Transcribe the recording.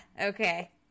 Okay